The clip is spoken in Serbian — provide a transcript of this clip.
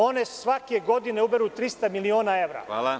One svake godine uberu 300 miliona evra.